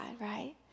right